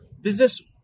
Business